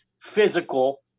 physical